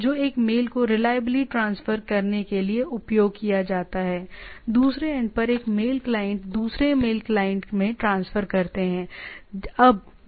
जो एक मेल को रिलाएबली ट्रांसफर करने के लिए उपयोग किया जाता है दूसरे एंड पर एक मेल क्लाइंट दूसरे मेल क्लाइंट में ट्रांसफर करते हैं